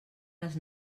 les